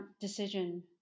decision